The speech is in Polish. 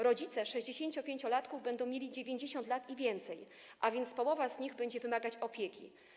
Rodzice sześćdziesięciolatków będą mieli 90 lat i więcej, a więc połowa z nich będzie wymagać opieki.